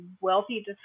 wealthy